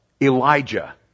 Elijah